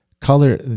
color